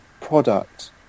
product